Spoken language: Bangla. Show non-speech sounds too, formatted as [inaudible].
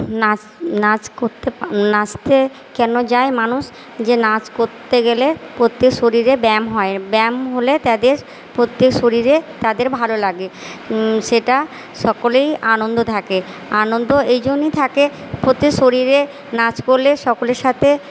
নাচ নাচ করতে [unintelligible] নাচতে কেন যায় মানুষ যে নাচ করতে গেলে প্রত্যেক শরীরে ব্যায়াম হয় ব্যায়াম হলে তাদের প্রত্যেক শরীরে তাদের ভালো লাগে সেটা সকলেই আনন্দ থাকে আনন্দ এই জন্যই থাকে প্রত্যেক শরীরে নাচ করলে সকলের সাথে